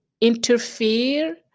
interfere